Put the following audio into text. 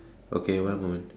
okay one moment